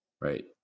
right